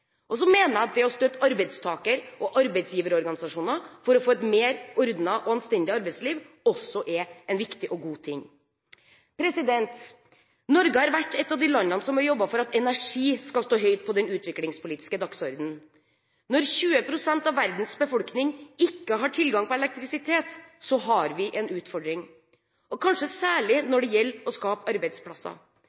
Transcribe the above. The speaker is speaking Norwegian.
mener at å støtte arbeidstaker- og arbeidsgiverorganisasjoner for å få et mer ordnet og anstendig arbeidsliv også er en viktig og god ting. Norge har vært et av de landene som har jobbet for at energi skal stå høyt på den utviklingspolitiske dagsordenen. Når 20 pst. av verdens befolkning ikke har tilgang på elektrisitet, har vi en utfordring, kanskje særlig når det gjelder å skape arbeidsplasser.